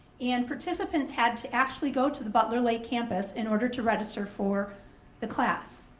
and participants had to actually go to the butler lake campus in order to register for the class.